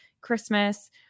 Christmas